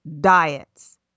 diets